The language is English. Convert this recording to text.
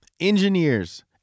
Engineers